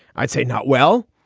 i'd say not. well,